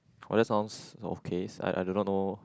well that sounds okay I I do not know